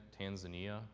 Tanzania